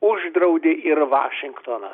uždraudė ir vašingtonas